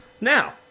Now